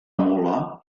mula